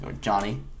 Johnny